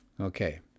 Okay